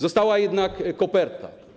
Została jednak koperta.